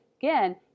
again